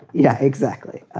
yeah, exactly.